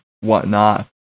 whatnot